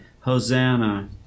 Hosanna